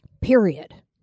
Period